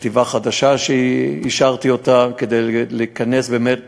חטיבה חדשה שאישרתי כדי להיכנס באמת